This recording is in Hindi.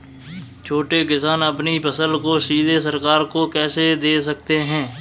छोटे किसान अपनी फसल को सीधे सरकार को कैसे दे सकते हैं?